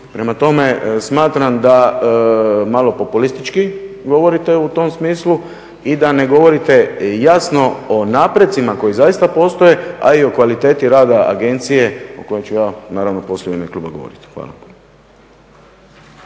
Prema tome, smatram da malo populistički govorite u tom smislu i da ne govorite jasno o napretcima koji zaista postoje, a i o kvaliteti rada agencije o kojoj ću ja naravno poslije u ime kluba govoriti. Hvala.